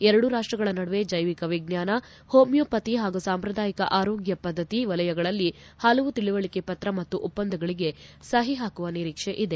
ಎರಡೂ ರಾಷ್ಟಗಳ ನಡುವೆ ಜೈವಿಕ ವಿಚ್ಹಾನ ಹೊಮಿಯೋಪಥಿ ಹಾಗೂ ಸಾಂಪ್ರದಾಯಕ ಆರೋಗ್ಯ ಪದ್ಧತಿ ವಲಯಗಳಲ್ಲಿ ಹಲವು ತಿಳುವಳಿಕೆ ಪತ್ರ ಮತ್ತು ಒಪ್ಪಂದಗಳಿಗೆ ಸಹಿ ಹಾಕುವ ನಿರೀಕ್ಷೆ ಇದೆ